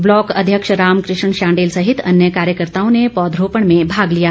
block अध्यक्ष रामकृष्ण शांडिल सहित अन्य कार्यकर्ताओं ने पौधरोपण में भाग लिया